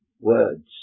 words